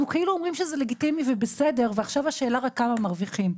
כאילו אומרים שזה לגיטימי ובסדר ועכשיו השאלה רק כמה מרוויחים.